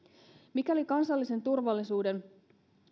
mikäli kansallisen turvallisuuden